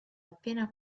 appena